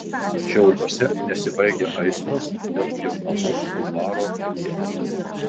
šiauliuose nesibaigia aistros dėl pjaunamų bulvaro liepų